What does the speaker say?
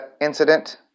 incident